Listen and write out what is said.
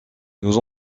nous